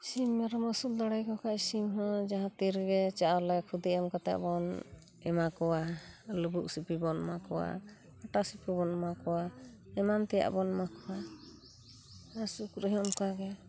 ᱥᱤᱢ ᱢᱮᱨᱚᱢ ᱟᱹᱥᱩᱞ ᱫᱟᱲᱮᱭᱟᱠᱚ ᱠᱷᱟᱱ ᱥᱤᱢ ᱦᱚᱸ ᱡᱟᱦᱟᱸᱛᱤᱨᱮᱜᱮ ᱪᱟᱣᱞᱮ ᱠᱷᱚᱫᱮ ᱮᱢ ᱠᱟᱛᱮᱜ ᱵᱚᱱ ᱮᱢᱟᱠᱚᱣᱟ ᱞᱩᱵᱩᱜ ᱥᱤᱯᱤᱵᱚᱱ ᱮᱢᱟ ᱠᱚᱣᱟ ᱟᱴᱟ ᱥᱤᱯᱤᱵᱚᱱ ᱮᱢᱟ ᱠᱚᱣᱟ ᱮᱢᱟᱱ ᱛᱮᱭᱟᱜ ᱵᱚᱱ ᱮᱢᱟ ᱠᱚᱣᱟ ᱟᱨ ᱥᱩᱠᱨᱤ ᱦᱚᱸ ᱚᱱᱠᱟᱜᱮ